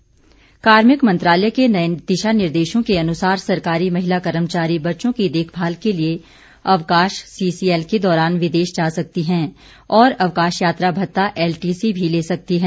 अवकाश कार्मिक मंत्रालय के नये दिशा निर्देशों के अनुसार सरकारी महिला कर्मचारी बच्चों की देखभाल के लिए अवकाश सीसीएल के दौरान विदेश जा सकती हैं और अवकाश यात्रा भत्ता एलटीसी भी ले सकते हैं